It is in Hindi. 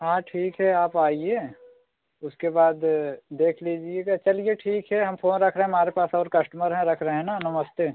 हाँ ठीक है आप आइए उसके बाद देख लीजिएगा चलिए ठीक है हम फोन रख रहें हमारे पास और कस्टमर हैं रख रहे हैं ना नमस्ते